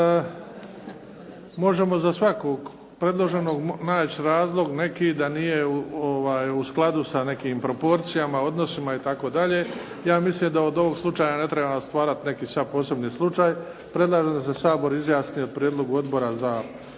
Možemo za svakog predloženog naći razlog neki da nije u skladu sa nekim proporcijama, odnosima itd. Ja mislim da od ovog slučaja ne trebamo stvarati sada neki posebni slučaj. Predlažem da se Sabor izjasni o Prijedlogu Odbora za